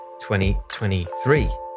2023